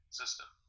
system